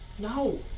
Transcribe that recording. No